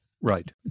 Right